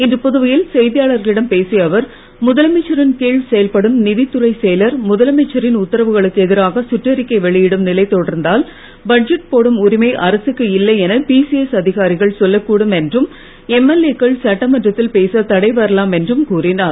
இன்று புதுவையில் செய்தியாளர்களிடம் பேசிய அவர் முதலமைச்சரின் கீழ் செயல்படும் நிதித் துறைச் செயலர் முதலமைச்சரின் உத்தரவுகளுக்கு எதிராக சுற்றறிக்கை வெளியிடும் நிலை தொடர்ந்தால் பட்ஜெட் போடும் உரிமை அரசுக்கு இல்லை என பிசிஎஸ் அதிகாரிகள் சொல்லக்கூடும் என்றும் எம்எல்ஏ க்கள் சட்டமன்றத்தில் பேச தடை வரலாம் என்றும் கூறினார்